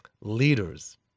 leaders